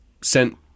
sent